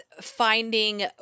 finding